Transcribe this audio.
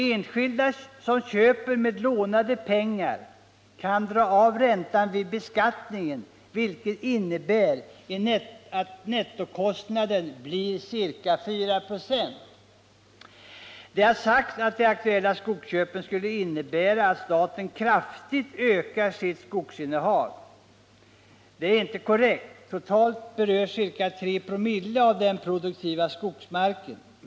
Enskilda, som köper med lånade pengar, kan dra av räntan vid beskattningen, vilket innebär att nettokostnaden blir ca 4 96. Det har sagts att de aktuella skogsköpen skulle innebära att staten kraftigt ökar sitt skogsinnehav. Det är inte korrekt. Totalt berörs ca 3 26 av den produktiva skogsmarken.